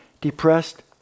depressed